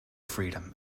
freedom